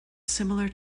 similar